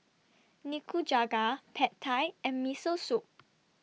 Nikujaga Pad Thai and Miso Soup